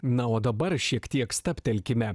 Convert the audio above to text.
na o dabar šiek tiek stabtelkime